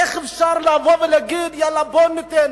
איך אפשר לבוא ולהגיד: יאללה, בוא ניתן?